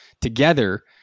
together